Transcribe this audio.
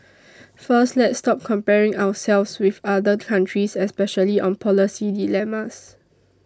first let's stop comparing ourselves with other countries especially on policy dilemmas